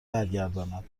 برگرداند